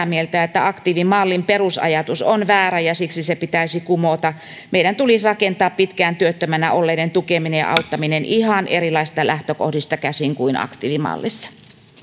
mieltä että aktiivimallin perusajatus on väärä ja siksi se pitäisi kumota meidän tulisi rakentaa pitkään työttömänä olleiden tukeminen ja auttaminen ihan erilaisista lähtökohdista käsin kuin aktiivimallissa